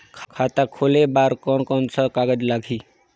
खाता खुले बार कोन कोन सा कागज़ लगही?